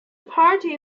party